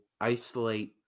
isolate